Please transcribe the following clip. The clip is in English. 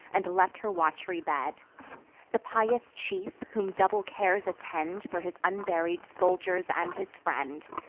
and left her wat'ry bed the pious chief, whom double cares attend for his unburied soldiers and his friend,